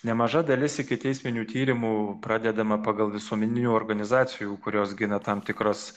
nemaža dalis ikiteisminių tyrimų pradedama pagal visuomeninių organizacijų kurios gina tam tikras